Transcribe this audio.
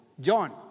John